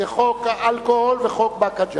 זה חוק האלכוהול וחוק באקה ג'ת.